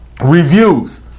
Reviews